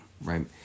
right